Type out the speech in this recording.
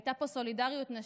הייתה פה סולידריות נשית,